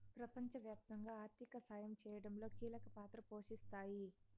ప్రపంచవ్యాప్తంగా ఆర్థిక సాయం చేయడంలో కీలక పాత్ర పోషిస్తాయి